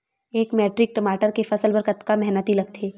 एक मैट्रिक टमाटर के फसल बर कतका मेहनती लगथे?